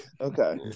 Okay